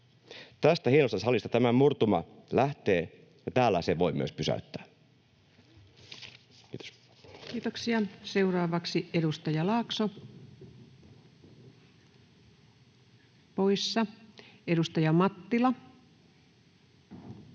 Tästä hienosta salista tämä murtuma lähtee, ja täällä sen voi myös pysäyttää. Kiitoksia. — Seuraavaksi edustaja Laakso, poissa. Edustaja Mattila,